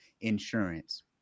insurance